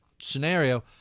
scenario